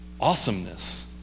awesomeness